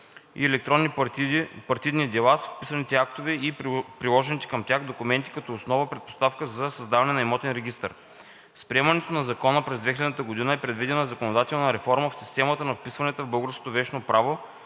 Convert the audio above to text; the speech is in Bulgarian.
и електронни партидни дела с вписаните актове и приложените към тях документи като основна предпоставка за създаване на имотен регистър. С приемането на Закона през 2000 г. е предвидена законодателна реформа в системата на вписванията в българското вещно право